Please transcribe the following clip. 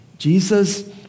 Jesus